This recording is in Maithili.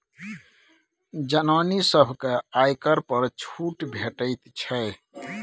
जनानी सभकेँ आयकर पर छूट भेटैत छै